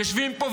יושבים פה,